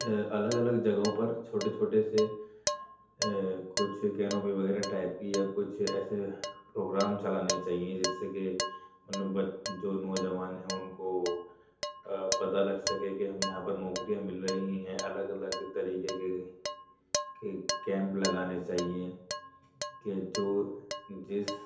الگ الگ جگہوں پر چھوٹے چھوٹے سے کچھ کینوپی وغیرہ ٹائپ کی یا کچھ ایسے پروگرام چلانے چاہیے جس سے کہ اُن بچ جو نوجوان ہیں اُن کو پتا لگ سکے کہ ہم یہاں پر نوکریاں مل رہی ہیں الگ الگ طریقے کے کے کیمپ لگانے چاہیے کہ جو جس